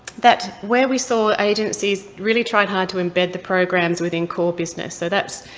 that where we saw agencies really tried hard to embed the programs within core business. so that's